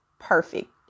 perfect